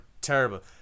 terrible